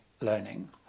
learning